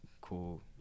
cool